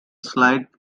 slight